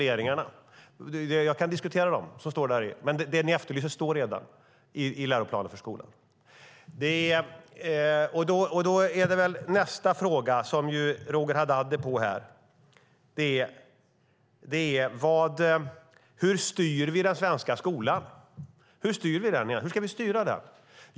Jag kan gärna diskutera formuleringarna, men det ni efterlyser står redan där. Nästa fråga, som Roger Haddad är inne på, är: Hur styr vi den svenska skolan?